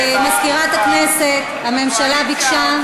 מזכירת הכנסת, הממשלה ביקשה.